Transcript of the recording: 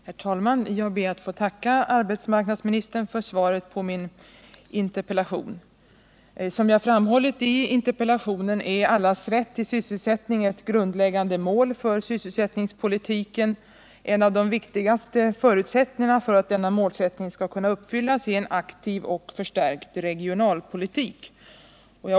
Herr talman! Jag ber att få tacka arbetsmarknadsministern för svaret på min interpellation. Som jag framhållit i interpellationen är allas rätt till sysselsättning ett grundläggande mål för sysselsättningspolitiken. En av de viktigaste förut 87 sättningarna för att denna målsättning skall kunna uppfyllas är en aktiv och förstärkt regionalpolitik.